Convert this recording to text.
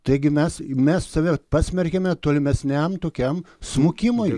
taigi mes mes save pasmerkiame tolimesniam tokiam smukimui